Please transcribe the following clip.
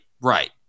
Right